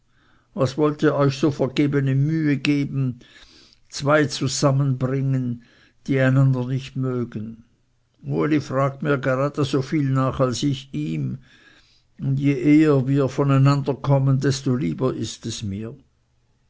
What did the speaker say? was wollt ihr euch so vergebene mühe geben zwei zusammenzubringen die einander nicht mögen uli fragt mir gerade so viel nach als ich ihm und je eher wir von einander kommen desto lieber ist es mir